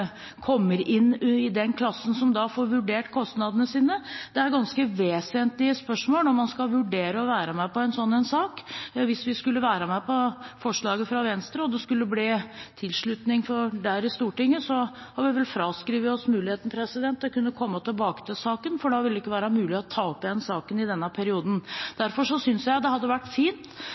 kommer inn i den klassen som får vurdert kostnadene sine? Det er ganske vesentlige spørsmål når man skal vurdere å være med på en sånn sak. Hvis vi skulle være med på forslaget fra Venstre, og det skulle bli tilslutning for det i Stortinget, har vi vel fraskrevet oss muligheten til å kunne komme tilbake til saken, for da ville det ikke være mulig å ta den opp igjen i denne perioden. Derfor synes jeg det hadde vært fint